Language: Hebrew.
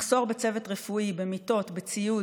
מחסור בצוות רפואי, במיטות, בציוד.